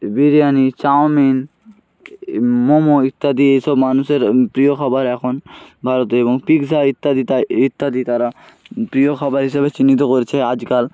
biryani chowmein momo ইত্যাদি এই সব মানুষের প্রিয় খাবার এখন ভারতে এবং পিৎজা ইত্যাদি তাই ইত্যাদি তারা প্রিয় খাবার হিসাবে চিহ্নিত করছে আজকাল